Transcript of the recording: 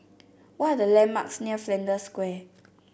what are the landmarks near Flanders Square